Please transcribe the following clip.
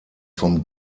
vom